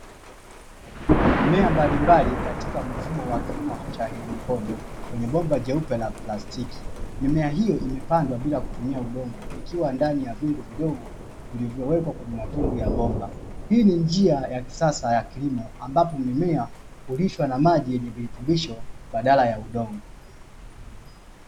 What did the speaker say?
Mimea mbalimbali katika mfumo wa kilimo cha haidroponi ,kwenye bomba jeupe la plastiki, mimea hiyo imepandwa bila kutumia udongo ikiwa ndani ya vitu vidogo vilivyowekwa kwenye matundu ya bomba. Hii ni njia ya kisasa ya kilimo ambapo mimea hulishwa na maji yenye virutubisho badala ya udongo.